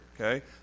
okay